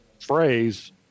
phrase